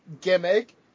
gimmick